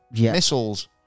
missiles